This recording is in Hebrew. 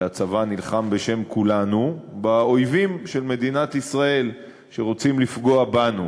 והצבא נלחם בשם כולנו באויבים של מדינת ישראל שרוצים לפגוע בנו,